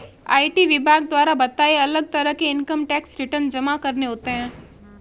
IT विभाग द्वारा बताए, अलग तरह के इन्कम टैक्स रिटर्न जमा करने होते है